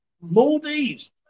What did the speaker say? Maldives